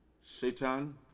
Satan